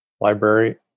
library